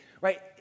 right